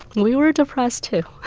we were depressed, too oh,